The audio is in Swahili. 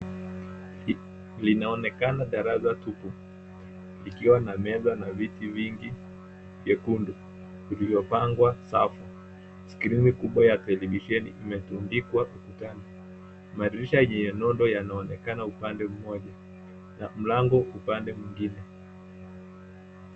Linaonekana darasa tupu, likiwa na meza na viti vingi vyekundu, vilivyo pangwa safu. skrini kikubwa ya televisheni imetundikwa ukutani. Madirisha yenye nondo yanaonekana upande mmoja, na mlango upande mwingine.